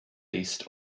east